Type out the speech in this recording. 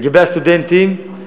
לגבי הסטודנטים,